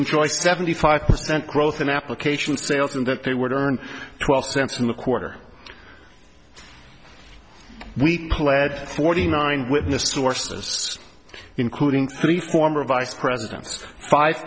enjoy seventy five percent growth in application sales and that they would earn twelve cents in the quarter we pled forty nine witnesses sources including three former vice presidents five